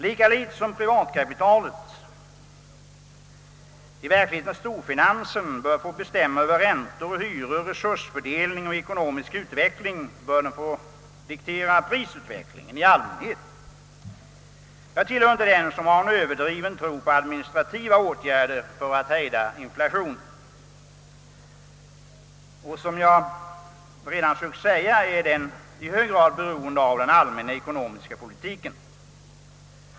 Lika litet som privatkapitalet — i verkligheten storfinansen — bör få bestämma över räntor och hyror, resursfördelning och ekonomisk utveckling, bör det få diktera prisutvecklingen i allmänhet. Jag tillhör inte dem som har en överdriven tro på administrativa åtgärder för att hejda inflationen. Som jag redan sökt säga är den i hög grad beroende av den ekonomiska politiken.